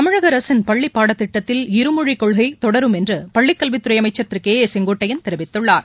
தமிழக அரசின் பள்ளிப் பாடத் திட்டத்தில் இருமொழி கொள்கை தொடரும் என்று பள்ளி கல்வித்துறை அமைச்சர் திரு கே ஏ செங்கோட்டையன் தெரிவித்துள்ளார்